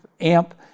AMP